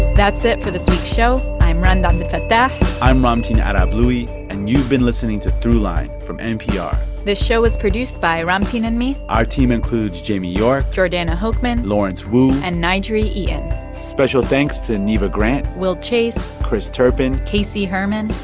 that's it for this week's um show. i'm rund abdelfatah i'm ramtin arablouei. and you've been listening to throughline from npr this show was produced by ramtin and me our team includes jamie york. jordana hochman. lawrence wu. and n'jeri eaton special thanks to neva grant. will chase. chris turpin. casey herman.